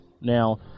Now